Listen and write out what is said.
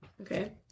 Okay